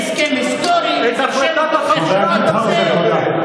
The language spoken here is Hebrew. את החלטת החלוקה אתה מקבל?